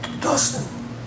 Dustin